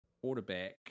quarterback